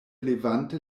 levante